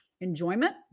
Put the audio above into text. enjoyment